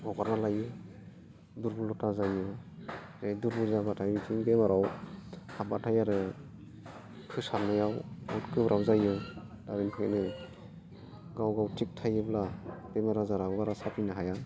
हगारना लायो दुरबलथा जायो बे दुरबल जाबाथाय बेथिं बेमाराव हाबबाथाय आरो फोसाबनायाव गोब्राब जायो आरो बेनिखायनो गाव गाव थिग थायोब्ला बेमार आजाराबो बारा साफिनो हाया